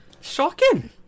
Shocking